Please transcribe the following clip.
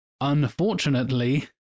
Unfortunately